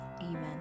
Amen